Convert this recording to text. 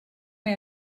mae